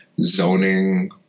zoning